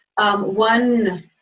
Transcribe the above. one